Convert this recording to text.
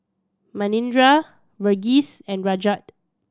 Manindra Verghese and Rajat